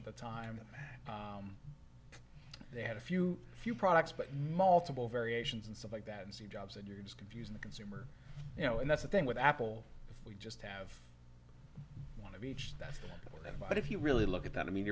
at the time and they had a few few products but multiple variations and stuff like that and steve jobs and you're just confusing the consumer you know and that's the thing with apple if we just have one of each that's that but if you really look at that i mean